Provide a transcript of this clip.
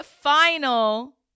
final